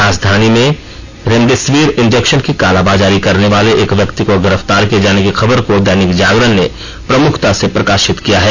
राजधानी में remdesivir injection की कालाबाजारी करने वाले एक व्यक्ति को गिरफ़तार किये जाने की खबर को दैनिक जागरण ने प्रमुखता से प्रकाशित किया है